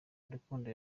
urukundo